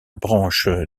branche